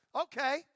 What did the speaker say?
Okay